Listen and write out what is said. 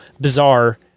bizarre